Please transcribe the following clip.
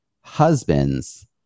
husbands